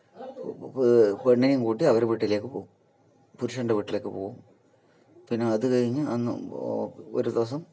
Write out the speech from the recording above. പെണ്ണിനെയും കൂട്ടി അവരുടെ വീട്ടിലേക്ക് പോകും പുരുഷൻ്റെ വീട്ടിലേക്ക് പോകും പിന്നെ അത് കഴിഞ്ഞ് അന്ന് ഒരു ദിവസം